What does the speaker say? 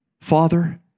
Father